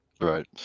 Right